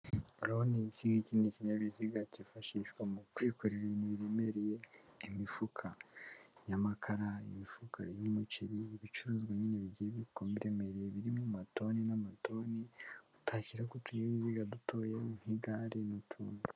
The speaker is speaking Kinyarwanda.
Urabona ikingiki ni ikinyabiziga cyifashishwa mu kwikorera ibintu biremereye, imifuka y'amakara, imifuka y'umuceri; ibicuruzwa nini bigiye biremereye birimo amatoni n'amatoni utashyira ku kitunyabiziga dutoya nk'igare n'utundi.